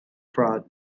fraud